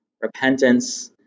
repentance